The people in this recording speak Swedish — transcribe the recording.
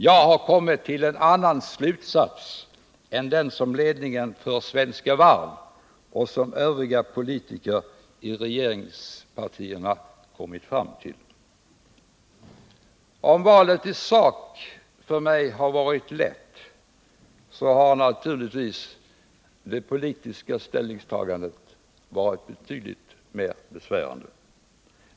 Jag har dragit en annan slutsats än den som ledningen för Svenska Varv och övriga politiker i regeringspartierna har kommit fram till. Om valet i sak för mig har varit lätt har naturligtvis det politiska ställningstagandet varit betydligt mer besvärande.